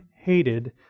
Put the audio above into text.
hated